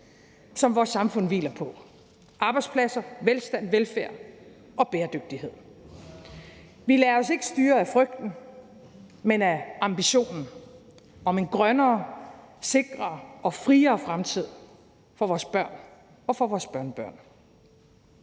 som vores samfund hviler på: arbejdspladser, velstand, velfærd og bæredygtighed. Vi lader os ikke styre af frygten, men af ambitionen om en grønnere, sikrere og friere fremtid for vores børn og for vores børnebørn.